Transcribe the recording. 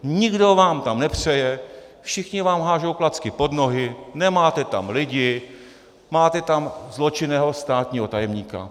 Nikdo vám tam nepřeje, všichni vám hážou klacky pod nohy, nemáte tam lidi, máte tam zločinného státního tajemníka.